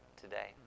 today